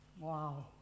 wow